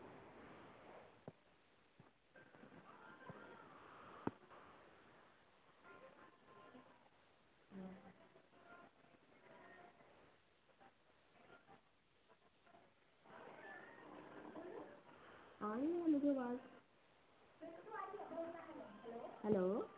hello